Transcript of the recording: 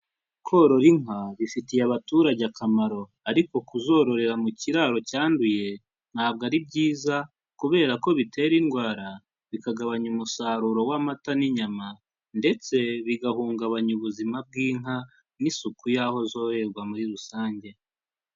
Korora inka bifitiye abaturage akamaro ariko kuzororera mu kiraro cyanduye ntabwo ari byiza kubera ko bitera indwara bikagabanya umusaruro w'amata n'inyama ndetse bigahungabanya ubuzima bw'inka n'isuku y'aho zoroherwa muri rusange.